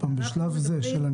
בשלב זה של הניסוי.